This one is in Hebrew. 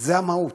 זה המהות.